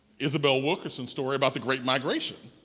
isabel wilkerson's story about the great migration.